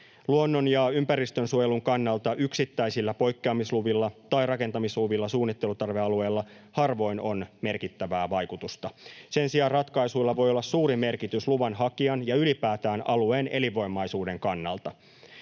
Luonnon- ja ympäristönsuojelun kannalta yksittäisillä poikkeamisluvilla tai rakentamisluvilla suunnittelutarvealueilla harvoin on merkittävää vaikutusta. Sen sijaan ratkaisuilla voi olla suuri merkitys luvanhakijan ja ylipäätään alueen elinvoimaisuuden kannalta.